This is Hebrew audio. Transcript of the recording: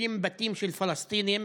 תוקפים בתים של פלסטינים